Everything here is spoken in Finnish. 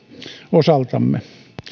osaltamme